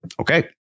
Okay